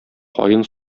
каен